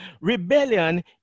Rebellion